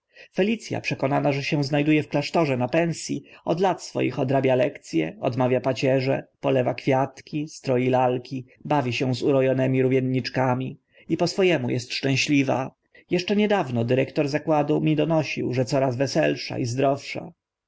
a przekonana że się zna du e w klasztorze na pens i od lat całych odrabia lekc e odmawia pacierze polewa kwiatki stroi lalki bawi się z uro onymi rówieśniczkami i po swo emu est szczęśliwa jeszcze niedawno dyrektor zakładu mi donosił że coraz weselsza i zdrowsza